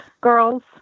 girls